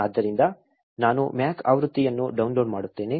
ಆದ್ದರಿಂದ ನಾನು ಮ್ಯಾಕ್ ಆವೃತ್ತಿಯನ್ನು ಡೌನ್ಲೋಡ್ ಮಾಡುತ್ತೇನೆ